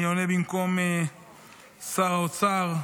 אני עונה במקום שר האוצר.